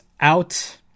out